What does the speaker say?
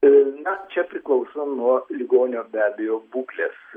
na čia priklauso nuo ligonio be abejo būklės